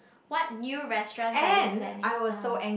what new restaurants are you planning uh